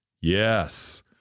Yes